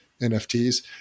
NFTs